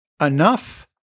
enough